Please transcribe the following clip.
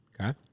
Okay